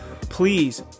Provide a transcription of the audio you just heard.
Please